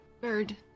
Bird